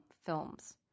films